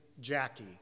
Jackie